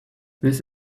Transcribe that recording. this